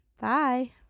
bye